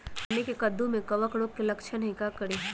हमनी के कददु में कवक रोग के लक्षण हई का करी?